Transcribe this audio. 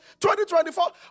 2024